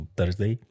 Thursday